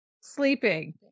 sleeping